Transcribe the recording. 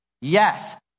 Yes